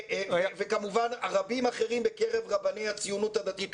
וכמובן רבים אחרים בקרב רבני הציונות הדתית,